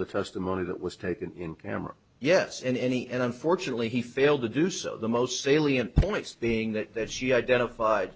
of the testimony that was taken in camera yes and any and unfortunately he failed to do so the most salient points being that that she identified